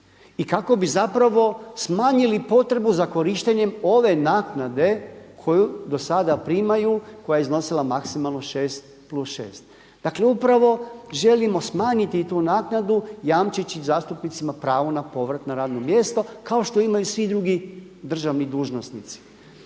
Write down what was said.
i kako bi smanjili potrebu za korištenjem ove naknade koju do sada primaju koja je iznosila maksimalno šest plus šest. Dakle upravo želimo smanjiti tu naknadu jamčeći zastupnicima pravo na povrat na radno mjesto kao što imaju i svi drugi državni dužnosnici.